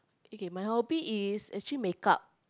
okay my hobby is actually makeup